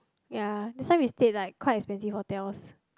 ya that's why we stayed like quite expensive hotels